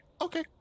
okay